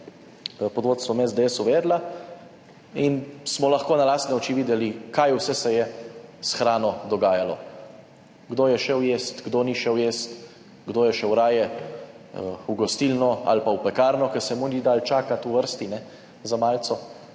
pod vodstvom SDS uvedla, in smo lahko na lastne oči videli, kaj vse se je s hrano dogajalo, kdo je šel jest, kdo ni šel jest, kdo je šel raje v gostilno ali pa v pekarno, ker se mu ni dalo čakati v vrsti za malico.